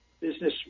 business